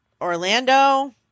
Orlando